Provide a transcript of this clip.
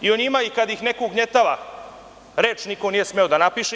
i o njima kada ih neko ugnjetava, reč niko nije smeo da napiše.